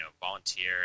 volunteer